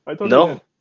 No